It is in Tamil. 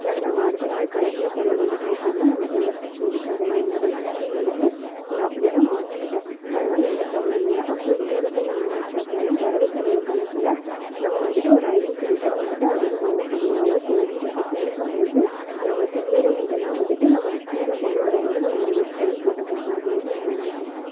அதை நம்ம அடுத்த நாள் கணக்கில் கொண்டு வந்துட்டோம் அப்படின்னா நம்மளுக்கு எந்த பிரச்சனையும் இருக்காது நான் என்னுடைய பிரச்சனை வந்துட்டு நான் அப்படி தான் முடிச்சிக்கிட்டேன் அதனால் எந்த கவலையும் இல்லை அப்புறம் இன்னொரு டைம் என்ன ஆச்சு அப்படின்னா வரவு செலவு கணக்கில் நம்ம வந்துட்டு ஒரு அஞ்சு ரூபா வந்துட்டு அதிகமாகவோ கம்மியாகவோ போயிருச்சு அப்படி இருக்கும் போது நம்ம சில்லறை இதெல்லாம் வந்துட்டு நம்மளுக்கு கீழ கொண்டு வரும் போது நம்ம மைனஸ் பண்ணி போட்டுக்கலாம் அதுமாதிரி நான் சமாளிச்சிருக்கேன்